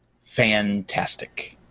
Fantastic